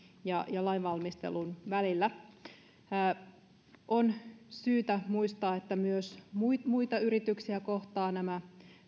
ja ja lainvalmistelun välillä on syytä muistaa että myös muita muita yrityksiä kohtaavat nämä